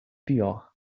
pior